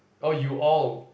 oh you all